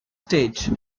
stage